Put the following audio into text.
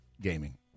Gaming